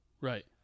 Right